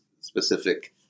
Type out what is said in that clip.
specific